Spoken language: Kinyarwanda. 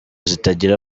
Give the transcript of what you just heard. zitagira